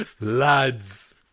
Lads